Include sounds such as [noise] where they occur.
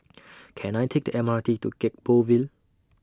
[noise] Can I Take The M R T to Gek Poh Ville